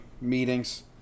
Meetings